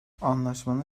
anlaşmanın